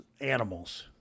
animals